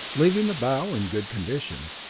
leaving the bow in good condition.